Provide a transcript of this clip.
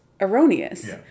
erroneous